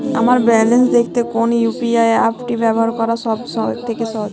আমার ব্যালান্স দেখতে কোন ইউ.পি.আই অ্যাপটি ব্যবহার করা সব থেকে সহজ?